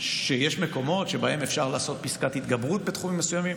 שיש מקומות שבהם אפשר לעשות פסקת התגברות בתחומים מסוימים,